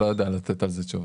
לא יודע לתת על זה תשובה.